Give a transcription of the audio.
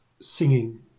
Singing